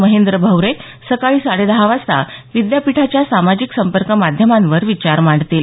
महेंद्र भवरे सकाळी साडेदहा वाजता विद्यापीठाच्या सामाजिक संपर्क माध्यमांवर विचार मांडतील